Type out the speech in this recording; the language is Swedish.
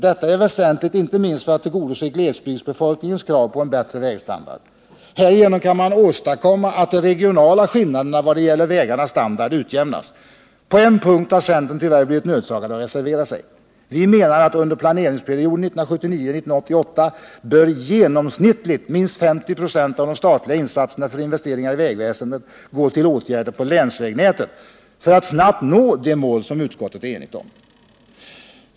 Detta är väsentligt, inte minst för att tillgodose glesbygdsbefolkningens krav på en bättre vägstandard. Härigenom kan man åstadkomma att de regionala skillnaderna i vad gäller vägarnas standard utjämnas. På en punkt har centern tyvärr blivit nödsakad att reservera sig. Vi menar att under planeringsperioden 1979-1988 bör genomsnittligt minst 50 96 av de statliga insatserna för investeringar i vägväsendet gå till åtgärder på länsvägnätet för att snabbt nå de mål utskottet är enigt om.